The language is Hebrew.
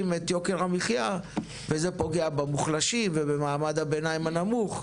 את יוקר המחייה וזה פוגע במוחלשים ובמעמד הביניים הנמוך,